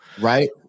Right